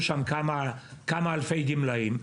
שהיו שם כמה אלפי גמלאים,